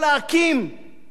ארגון לעובדים?